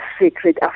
secret